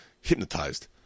hypnotized